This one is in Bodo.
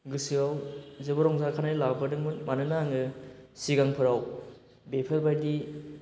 गोसोआव जोबोद रंजाखांनाय लाबोदोंमोन मानोना आङो सिगांफोराव बेफोरबायदि